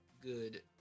good